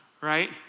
right